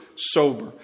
Sober